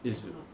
is